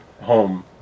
Home